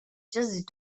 just